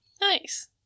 Nice